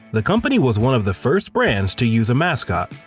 the company was one of the first brands to use a mascot.